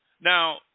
Now